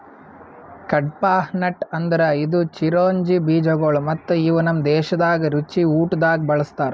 ಕಡ್ಪಾಹ್ನಟ್ ಅಂದುರ್ ಇದು ಚಿರೊಂಜಿ ಬೀಜಗೊಳ್ ಮತ್ತ ಇವು ನಮ್ ದೇಶದಾಗ್ ರುಚಿ ಊಟ್ದಾಗ್ ಬಳ್ಸತಾರ್